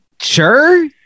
sure